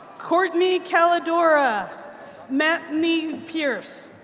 courtney caledora mathney-pierce.